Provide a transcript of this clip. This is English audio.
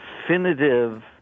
definitive